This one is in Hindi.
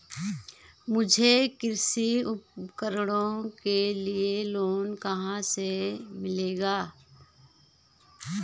मुझे कृषि उपकरणों के लिए लोन कहाँ से मिलेगा?